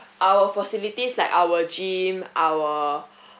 our facilities like our gym our